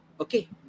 okay